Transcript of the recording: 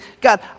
God